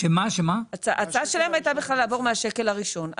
ההצעה שלהם הייתה לעבור מהשקל הראשון.